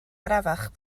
arafach